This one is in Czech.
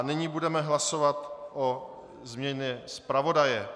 Nyní budeme hlasovat o změně zpravodaje.